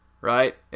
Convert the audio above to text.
right